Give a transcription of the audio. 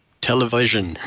television